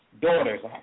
Daughters